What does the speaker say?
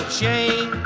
shame